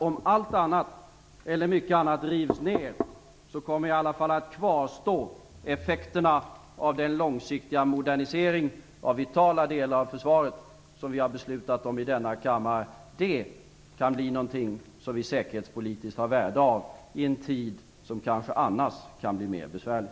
Om mycket annat rivs ned så kommer i alla fall att kvarstå effekterna av den långsiktiga modernisering av vitala delar av försvaret som vi har beslutat om i denna kammare. Det kan bli av säkerhetspolitiskt värde i en tid som kanske annars kan bli mer besvärlig.